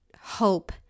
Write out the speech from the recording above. hope